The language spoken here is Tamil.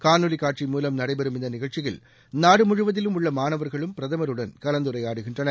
காணொலி காட்சி மூலம் நடைபெறும் இந்த நிகழ்ச்சியில் நாடு முழுவதிலும் உள்ள மாணவர்களும் பிரதமருடன் கலந்துரையாடுகின்றனர்